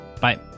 Bye